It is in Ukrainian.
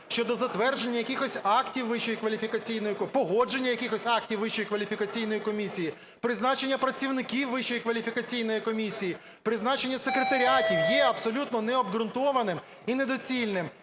погодження якихось актів Вищої кваліфікаційної комісії, призначення працівників Вищої кваліфікаційної комісії, призначення секретаріатів є абсолютно необґрунтованим і недоцільним.